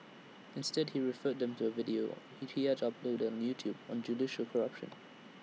instead he referred them to A video he he had uploaded on YouTube on judicial corruption